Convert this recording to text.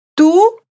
Tu